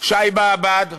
שי באב"ד,